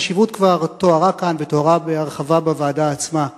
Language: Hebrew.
החשיבות כבר תוארה כאן ותוארה בהרחבה בוועדה עצמה.